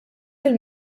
fil